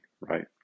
right